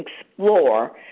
explore